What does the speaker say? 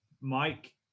Mike